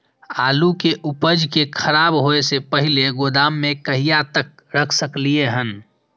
आलु के उपज के खराब होय से पहिले गोदाम में कहिया तक रख सकलिये हन?